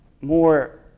more